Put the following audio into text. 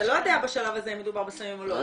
אתה לא יודע בשלב זה אם מדובר בסמים או לא.